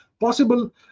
Possible